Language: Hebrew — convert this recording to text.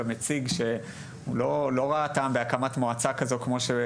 הציג שהוא לא ראה טעם בהקמת מועצה כזו.